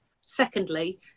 secondly